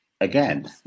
again